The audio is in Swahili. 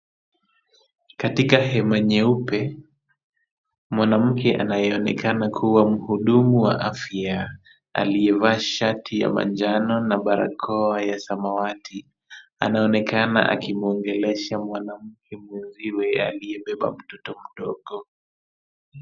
Katika hema nyeupe, mwanamke anayeonekana kuwa muhudumu wa afya, aliyevaa shati ya manjano na barakoa ya samawati, anaonekana akimuongelesha mwanamke mwenziwe aliyebeba mtoto mdogo.